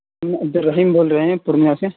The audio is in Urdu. ہم عبد الرحیم بول رہے ہیں ہورنیہ سے